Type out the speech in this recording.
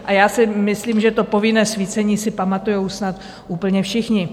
A já si myslím, že to povinné svícení si pamatují snad úplně všichni.